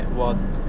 mm